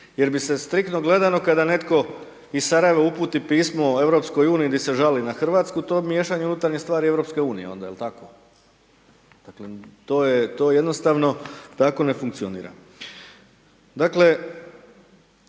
jer bi se, striktno gledano, kada netko iz Sarajeva uputi pismeno EU gdje se žali na Hrvatsku to miješanje u unutarnje stvari EU, je li tako? Dakle, to je jednostavno tako ne funkcionira.